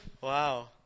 Wow